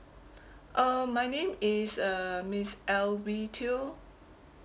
uh my name is uh miss elby teo